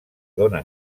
dóna